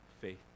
faith